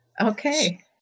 Okay